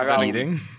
eating